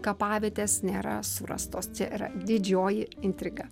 kapavietės nėra surastos čia yra didžioji intriga